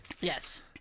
Yes